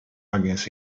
against